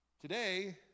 Today